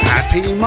Happy